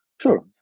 Sure